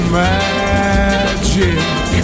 magic